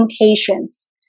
patients